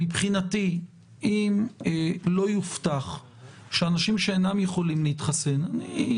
מבחינתי אם לא יובטח שאנשים שאינם יכולים להתחסן אני